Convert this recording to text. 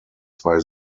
zwei